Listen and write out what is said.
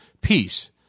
peace